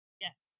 Yes